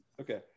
Okay